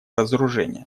разоружения